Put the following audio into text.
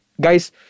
Guys